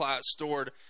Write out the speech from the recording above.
stored